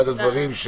אחד הדברים,